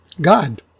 God